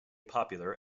popular